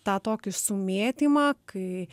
tą tokį sumėtymą kai